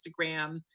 Instagram